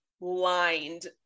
lined